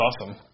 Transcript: awesome